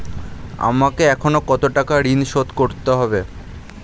আমাকে এখনো কত টাকা ঋণ শোধ করতে হবে?